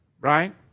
right